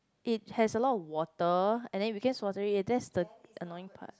it has a lot of water and then became watery already that's the annoying part